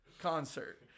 concert